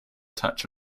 touch